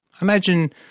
Imagine